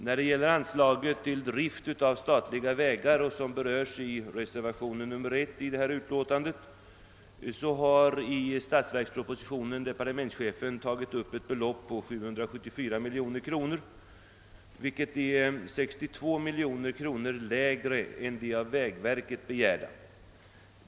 När det gäller anslaget Drift av statliga vägar som berörs i reservationen 1 har depariementschefen i statsverkspropositionen upptagit ett belopp på 774 miljoner kronor, vilket är 62 miljoner lägre än vad som begärts av vägverket.